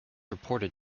reported